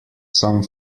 some